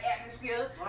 atmosphere